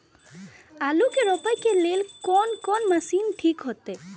आलू के रोपे के लेल कोन कोन मशीन ठीक होते?